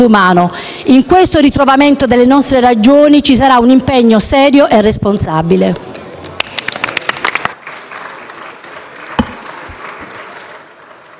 umano. Nel ritrovamento delle nostre ragioni ci sarà un impegno serio e responsabile.